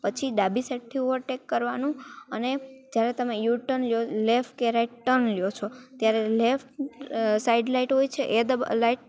પછી ડાબી સાઈડથી ઓવરટેક કરવાનું અને જ્યારે તમે યુટર્ન લો લેફ્ટ કે રાઇટ ટર્ન લો છો ત્યારે લેફ્ટ સાઈડ લાઇટ હોય છે એ લાઇટ